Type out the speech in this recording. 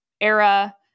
era